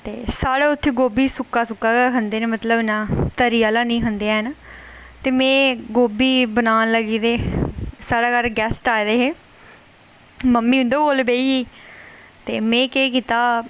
साढ़े उत्थै गोभी सुक्का सलुक्का गै खंदे न मतलब तरी आह्ला निं खंदे हैन ते में गोभी बनान लगी ते साढ़े घर गैस्ट आए दे हे ते मम्मी उं'दे कोल बेही गेई ते में केह् कीता